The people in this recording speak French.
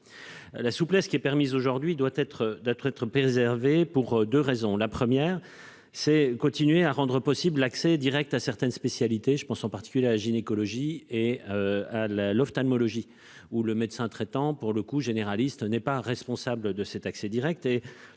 La souplesse qui est permise aujourd'hui doit être d'être être préservés pour 2 raisons, la première c'est continuer à rendre possible l'accès Direct à certaines spécialités, je pense en particulier à la gynécologie et. À la l'ophtalmologie ou le médecin traitant pour le coup généraliste n'est pas responsable de cet accès Direct